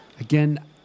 again